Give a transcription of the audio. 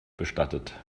bestattet